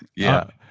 yeah,